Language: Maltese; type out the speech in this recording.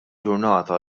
ġurnata